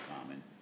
common